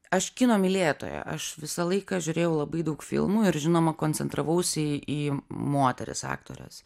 aš kino mylėtoja aš visą laiką žiūrėjau labai daug filmų ir žinoma koncentravausi į moteris aktores